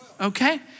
okay